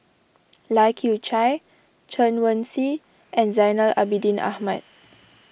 Lai Kew Chai Chen Wen Hsi and Zainal Abidin Ahmad